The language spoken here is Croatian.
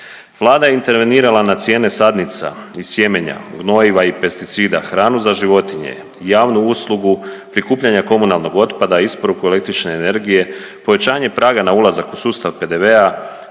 Vlada je intervenirala na cijene sadnica i sjemenja, gnojiva i pesticida, hranu za životinje, javnu uslugu, prikupljanja komunalnog otpada, isporuku električne energije, pojačanje praga na ulazak u sustav PDV-a,